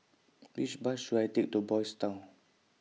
Which Bus should I Take to Boys Town